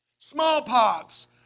Smallpox